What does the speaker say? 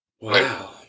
Wow